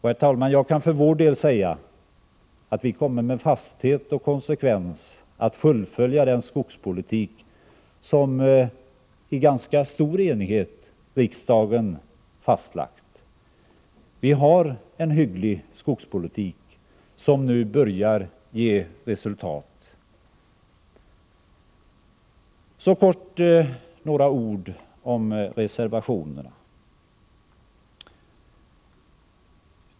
Herr talman! Jag kan för vår del säga att vi med fasthet och konsekvens kommer att fullfölja den skogspolitik som riksdagen har fastlagt i ganska stor enighet. Det förs en hygglig skogspolitik som nu börjar ge resultat. Så kort några ord om reservationerna.